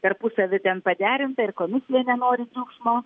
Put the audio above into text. tarpusavy ten paderinta ir komisija nenori triukšmo